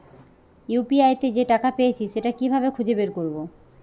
UPI তে যে টাকা পেয়েছি সেটা কিভাবে খুঁজে বের করবো?